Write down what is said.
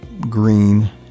green